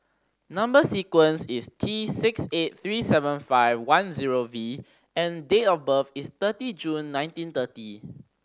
number sequence is T six eight three seven five one zero V and date of birth is thirty June nineteen thirty